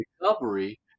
recovery